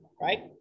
right